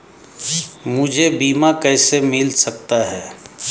मुझे बीमा कैसे मिल सकता है?